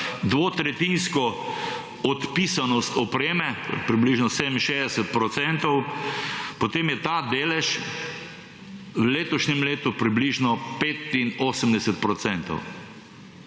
dvotretjinsko odpisanost opreme, približno 67 %, potem je ta delež v letošnjem letu približno 85 %.